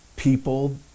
people